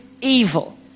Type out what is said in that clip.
evil